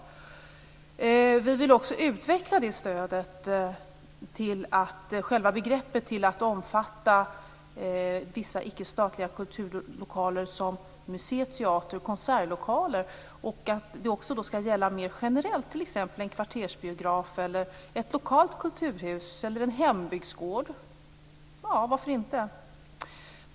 Miljöpartiet vill också utveckla stödet och själva begreppet till att också omfatta vissa icke statliga kulturlokaler som t.ex. museer, teatrar och konsertlokaler. Det skall också gälla mer generellt, t.ex. en kvartersbiograf, ett lokalt kulturhus eller en hembygdsgård. Varför inte?